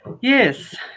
Yes